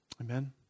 Amen